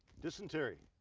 dysentery,